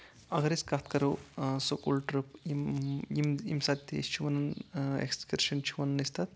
اَگر أسۍ کَتھ کَرو سکوٗل ٹرپ یِم یِم ییٚمہِ ساتہٕ تہِ أسۍ چھِ وَنان ایکسرشن چھِ وَنان أسۍ تَتھ